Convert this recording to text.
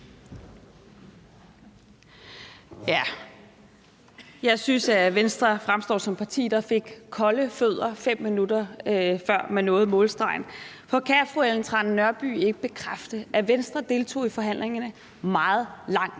Jeg synes, at Venstre fremstår som et parti, der fik kolde fødder, 5 minutter før man nåede målstregen. For kan fru Ellen Trane Nørby ikke bekræfte, at Venstre deltog i forhandlingerne i meget lang